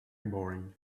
boring